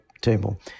table